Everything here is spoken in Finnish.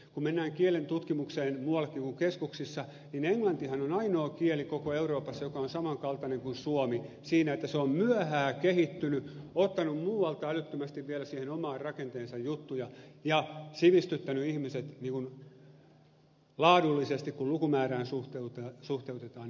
kun mennään kielentutkimukseen muuallakin kuin keskuksissa niin englantihan on ainoa kieli koko euroopassa joka on samankaltainen kuin suomi siinä että se on myöhään kehittynyt ottanut muualta älyttömästi vielä siihen omaan rakenteeseensa juttuja ja sivistyttänyt ihmiset laadullisesti kun lukumäärään suhteutetaan huippuunsa